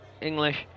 English